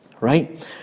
right